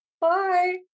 Bye